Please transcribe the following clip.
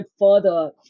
further